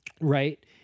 Right